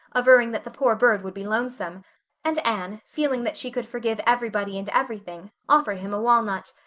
averring that the poor bird would be lonesome and anne, feeling that she could forgive everybody and everything, offered him a walnut.